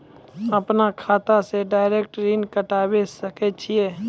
अपन खाता से डायरेक्ट ऋण कटबे सके छियै?